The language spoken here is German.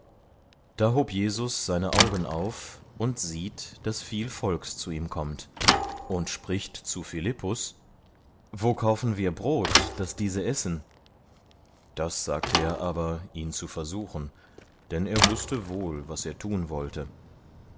da hob jesus seine augen auf und sieht daß viel volks zu ihm kommt und spricht zu philippus wo kaufen wir brot daß diese essen das sagte er aber ihn zu versuchen denn er wußte wohl was er tun wollte